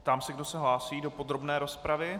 Ptám se, kdo se hlásí do podrobné rozpravy.